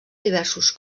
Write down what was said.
diversos